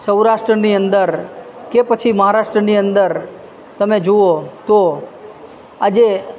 સૌરાષ્ટ્રની અંદર કે પછી મહારાષ્ટ્રની અંદર તમે જુઓ તો આજે